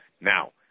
now